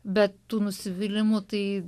bet tų nusivylimų tai